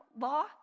law